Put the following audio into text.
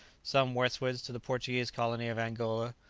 some westwards to the portuguese colony of angola,